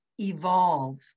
evolve